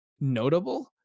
notable